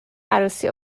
عروسی